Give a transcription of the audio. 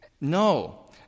No